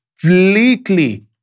completely